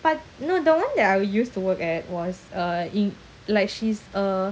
but no the one that I used to work at was uh in like she's a